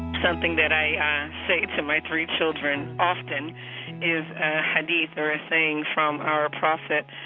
something that i say to my three children often is a hadith, or a saying from our prophet.